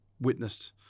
witnessed